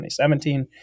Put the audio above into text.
2017